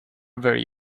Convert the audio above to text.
very